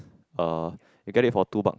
uh we get it for two bucks